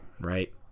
right